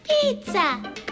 pizza